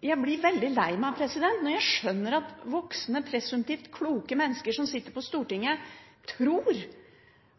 Jeg blir veldig lei meg når jeg skjønner at voksne presumptivt kloke mennesker som sitter på Stortinget, tror